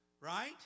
right